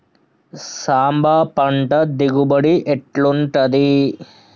సాంబ పంట దిగుబడి ఎట్లుంటది?